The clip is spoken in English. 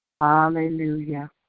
Hallelujah